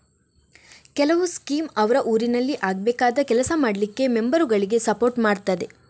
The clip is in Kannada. ಕೆಲವು ಸ್ಕೀಮ್ ಅವ್ರ ಊರಿನಲ್ಲಿ ಆಗ್ಬೇಕಾದ ಕೆಲಸ ಮಾಡ್ಲಿಕ್ಕೆ ಮೆಂಬರುಗಳಿಗೆ ಸಪೋರ್ಟ್ ಮಾಡ್ತದೆ